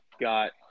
got